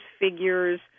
figures